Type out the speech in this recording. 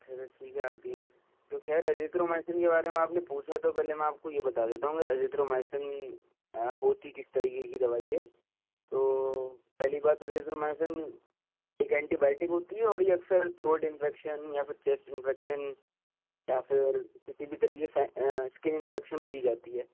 اچھا اچھا ٹھیک ہے آتی ہیں تو خیر ایزیتروومائسن کے بارے میں آپ نے پوچھا تو پہلے میں آپ کو یہ بتا دیتا ہوں کہ ایزیتروومائسن ہوتی کس طریقے کی دوائی ہے تو پہلی بات ایزیتروومائسن ایک اینٹی بیوٹک ہوتی ہے اور یہ اکثر تھروٹ انفیکشن یا پھر چیسٹ انفیکشن یا پھر کسی بھی طریقے سے اسکن انفیکشن میں دی جاتی ہے